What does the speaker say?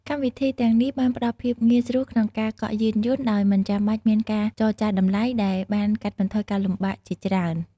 កម្មវិធីទាំងនេះបានផ្តល់ភាពងាយស្រួលក្នុងការកក់យានយន្តដោយមិនចាំបាច់មានការចរចាតម្លៃដែលបានកាត់បន្ថយការលំបាកជាច្រើន។